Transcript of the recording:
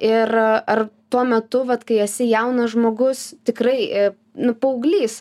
ir ar tuo metu vat kai esi jaunas žmogus tikrai nu paauglys